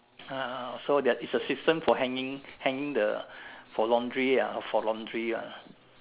uh so that it's a system for hanging hanging the for laundry ah for laundry ah